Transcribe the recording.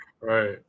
right